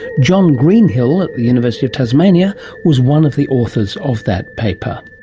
john greenhill at the university of tasmania was one of the authors of that paper.